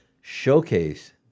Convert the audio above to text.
showcase